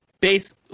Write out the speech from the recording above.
Base